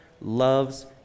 loves